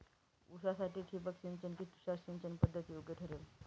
ऊसासाठी ठिबक सिंचन कि तुषार सिंचन पद्धत योग्य आहे?